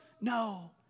No